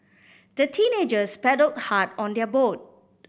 the teenagers paddled hard on their boat